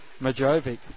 Majovic